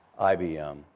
IBM